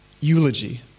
eulogy